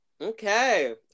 Okay